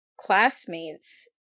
classmates